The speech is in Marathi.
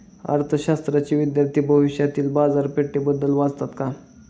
अर्थशास्त्राचे विद्यार्थी भविष्यातील बाजारपेठेबद्दल वाचतात का?